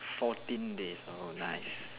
fourteen days oh nice